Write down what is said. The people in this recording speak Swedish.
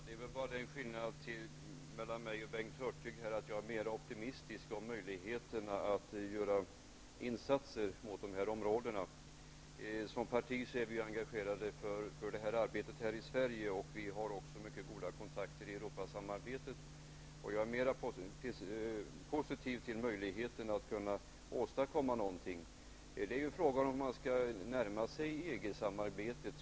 Herr talman! Skillnaden i min och Bengt Hurtigs inställning är att jag är mer optimistisk när det gäller möjligheterna att göra insatser mot de här områdena. Som parti är vi kristdemokrater engagerade i det här arbetet i Sverige. Vi har också mycket goda kontakter i Europasamarbetet. Och jag är mer positiv till möjligheterna att kunna åstadkomma någonting. Det är ju fråga om hur man skall närma sig EG samarbetet.